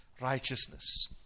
righteousness